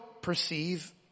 perceive